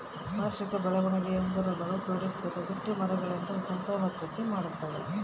ವಾರ್ಷಿಕ ಬೆಳವಣಿಗೆಯ ಉಂಗುರಗಳನ್ನು ತೋರಿಸುತ್ತದೆ ಗಟ್ಟಿಮರ ಹೂಗಳಿಂದ ಸಂತಾನೋತ್ಪತ್ತಿ ಮಾಡ್ತಾವ